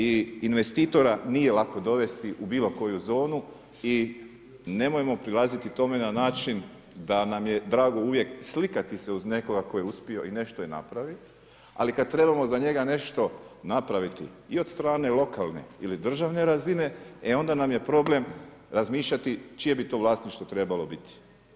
I investitora nije lako dovesti u bilo koju zonu i nemojmo prilaziti tome na način da nam je drago uvijek slikati se uz nekoga tko je uspio i nešto je napravio, ali kada trebamo za njega nešto napraviti i od strane lokalne ili državne razine, e onda nam je problem razmišljati čije bi to vlasništvo trebalo biti.